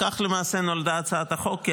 כך למעשה נולדה הצעת החוק,